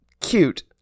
cute